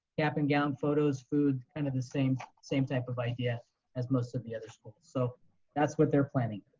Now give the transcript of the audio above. cap and gown photos, food, kind of the same same type of idea as most of the other schools. so that's what they're planning.